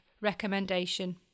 recommendation